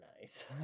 nice